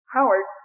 Howard